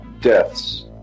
deaths